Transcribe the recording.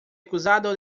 acusado